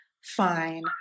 Fine